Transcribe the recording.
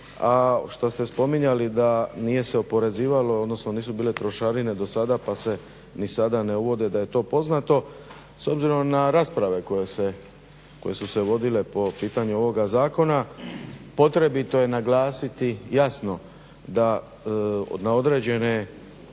A što ste spominjali da nije se oporezivalo, odnosno nisu bile trošarine do sada pa se ni sada ne uvode da je to poznato. S obzirom na rasprave koje su se vodile po pitanju ovoga zakona potrebito je naglasiti jasno da na određene